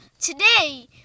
Today